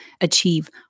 achieve